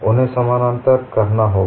उन्हे समानांतर करना होगा